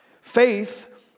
Faith